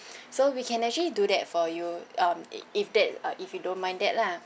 so we can actually do that for you um if that if you don't mind that lah